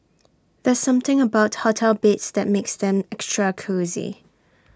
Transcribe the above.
there's something about hotel beds that makes them extra cosy